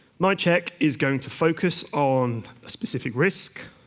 my check is going to focus on a specific risk.